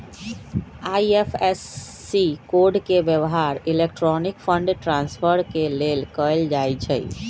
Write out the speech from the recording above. IFSC code के व्यव्हार electronic fund transfer के लेल कएल जाइ छइ